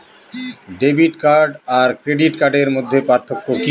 Debit card আর credit কার্ডের মধ্যে পার্থক্য কি?